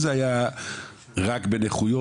אם זה היה רק בנכויות,